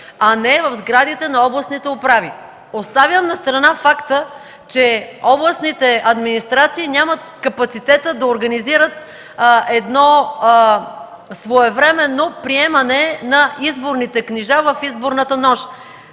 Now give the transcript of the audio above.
а не в сградите на областните управи. Оставям настрана факта, че областните администрации нямат капацитета да организират едно своевременно приемане на изборните книжа в изборната нощ.